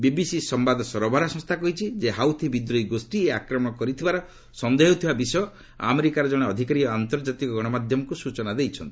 BBC ସମ୍ଭାଦ ସରବରାହ ସଂସ୍ଥା କହିଛି ଯେ ହାଉଥି ବିଦ୍ରୋହୀ ଗୋଷ୍ଠୀ ଏହି ଆକ୍ରମଣ କରିଥିବାର ସନ୍ଦେହ ହେଉଥିବା ବିଷୟ ଆମେରିକାର ଜଣେ ଅଧିକାରୀ ଆନ୍ତର୍ଜାତିକ ଗଣମାଧ୍ୟମକୁ ସୂଚନା ଦେଇଛନ୍ତି